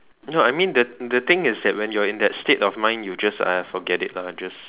no I mean the the thing is that when you're in that state of mind you just !aiya! forget it lah just